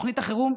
תוכנית החירום,